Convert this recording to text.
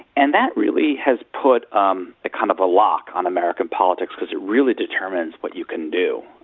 and that really has put um a kind of a lock on american politics, because it really determines what you can do.